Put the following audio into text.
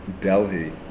Delhi